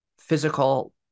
physical